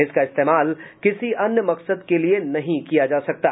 इसका इस्तेमाल किसी अन्य मकसद के लिए नहीं किया जा सकता